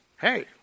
hey